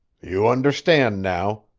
you understand now,